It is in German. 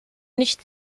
nicht